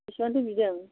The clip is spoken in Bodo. बेसेबांथो बिदों